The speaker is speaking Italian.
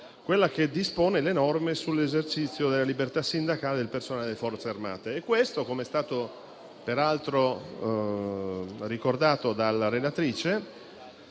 2022, che dispone le norme sull'esercizio della libertà sindacale del personale delle Forze armate. Questo - come è stato peraltro ricordato dalla relatrice